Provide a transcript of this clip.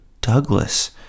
Douglas